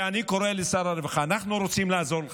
אני קורא לשר הרווחה: אנחנו רוצים לעזור לך.